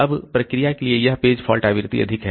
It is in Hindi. अब प्रक्रिया के लिए यह पेज फॉल्ट आवृत्ति अधिक है